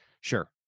Sure